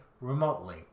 remotely